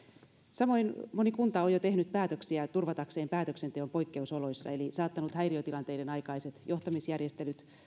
samoin moni kunta on jo tehnyt päätöksiä turvatakseen päätöksenteon poikkeusoloissa eli saattanut häiriötilanteiden aikaiset johtamisjärjestelyt